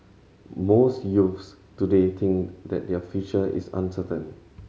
most youths today think that their future is uncertain